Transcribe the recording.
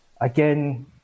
Again